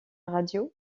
radio